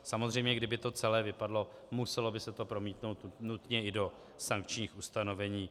Samozřejmě kdyby to celé vypadlo, muselo by se to nutně promítnout i do sankčních ustanovení.